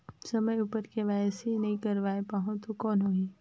समय उपर के.वाई.सी नइ करवाय पाहुं तो कौन होही?